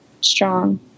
strong